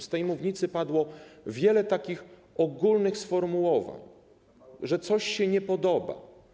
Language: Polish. Z tej mównicy padło wiele ogólnych sformułowań, że coś się nie podoba.